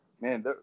man